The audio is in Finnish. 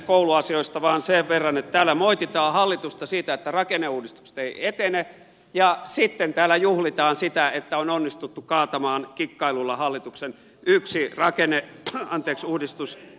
kouluasioista vain sen verran että täällä moititaan hallitusta siitä että rakenneuudistukset eivät etene ja sitten täällä juhlitaan sitä että on onnistuttu kaatamaan kikkailulla hallituksen yksi rakenneuudistusesitys